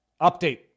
Update